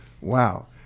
Wow